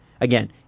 Again